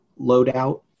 loadout